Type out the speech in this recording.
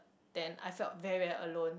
then I felt very very alone